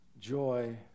joy